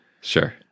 Sure